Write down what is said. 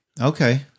Okay